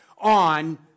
on